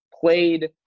played